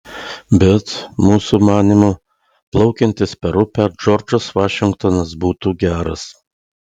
bet mūsų manymu plaukiantis per upę džordžas vašingtonas būtų geras